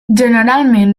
generalment